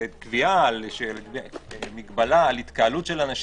שקביעה על מגבלה על התקהלות של אנשים,